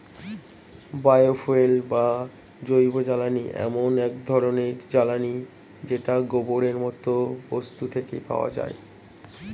bio fuel বা জৈবজ্বালানী এমন এক ধরণের জ্বালানী যেটা গোবরের মতো বস্তু থেকে পাওয়া যায়